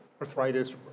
arthritis